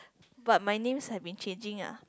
but my name's have been changing ah